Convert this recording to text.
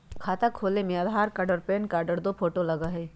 खाता खोले में आधार कार्ड और पेन कार्ड और दो फोटो लगहई?